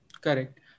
Correct